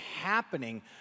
happening